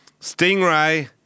Stingray